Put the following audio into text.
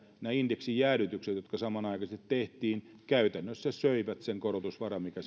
nämä indeksijäädytykset jotka samanaikaisesti tehtiin käytännössä söivät sen korotusvaran mikä